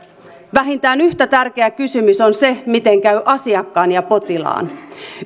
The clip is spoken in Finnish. vähintään yhtä tärkeä kysymys on se miten käy asiakkaan ja potilaan